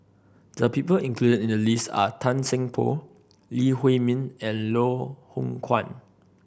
the people included in the list are Tan Seng Poh Lee Huei Min and Loh Hoong Kwan